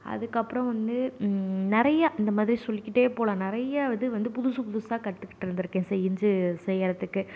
அதுக்கு அப்புறோம் வந்து நிறையா இந்த மாதிரி சொல்லிகிட்டே போலாம் நிறையா இது வந்து புதுசு புதுசாக கற்றுக்குட்டு இருந்துருக்கேன் செஞ்சு செய்கிறத்துக்கு